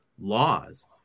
laws